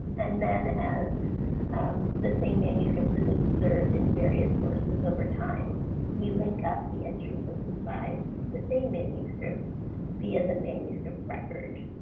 and as the same manuscript is observed in various sources over time we link up the entries that describes the same manuscript via the manuscript record.